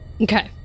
okay